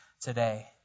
today